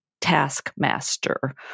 taskmaster